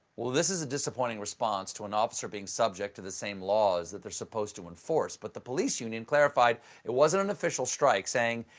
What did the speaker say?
this is a disappointing response to an officer being subject to the same laws they're supposed to enforce. but the police union clarified it wasn't an official strike, saying,